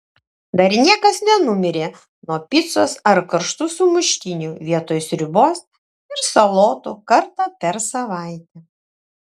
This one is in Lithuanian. dar niekas nenumirė nuo picos ar karštų sumuštinių vietoj sriubos ir salotų kartą per savaitę